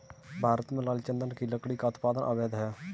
भारत में लाल चंदन की लकड़ी का उत्पादन अवैध है